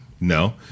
No